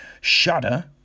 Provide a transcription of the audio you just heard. Shudder